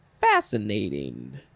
fascinating